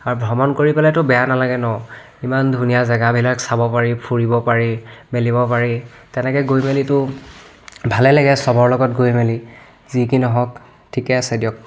আৰু ভ্ৰমণ কৰি পেলাইতো বেয়া নালাগে ন ইমান ধুনীয়া জেগাবিলাক চাব পাৰি ফুৰিব পাৰি মেলিব পাৰি তেনেকৈ গৈ মেলিতো ভালেই লাগে চবৰ লগত গৈ মেলি যি কি নহওক ঠিকেই আছে দিয়ক